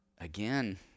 again